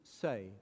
say